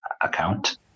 account